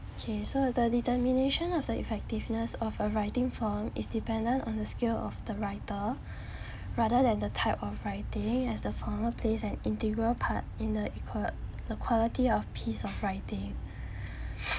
okay so the determination of the effectiveness of a writing form is dependent on the skill of the writer rather than the type of writing as the former plays an integral part in the equa~ the quality of piece of writing